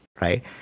right